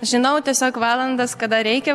žinau tiesiog valandas kada reikia